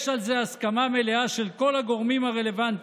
יש על זה הסכמה מלאה של כל הגורמים הרלוונטיים.